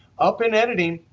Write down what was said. up in editing,